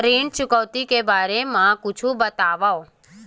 ऋण चुकौती के बारे मा कुछु बतावव?